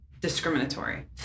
discriminatory